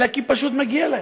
אלא כי פשוט מגיע להם.